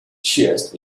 chest